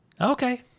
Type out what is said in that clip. Okay